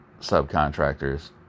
subcontractors